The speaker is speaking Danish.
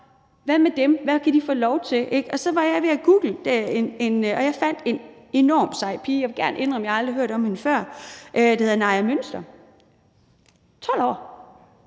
Hvad med dem? Hvad kan de få lov til? Og så var jeg ved at google, og jeg fandt en enormt sej pige – og jeg vil gerne indrømme, at jeg aldrig har hørt om hende før – der hedder Naja Münster, og som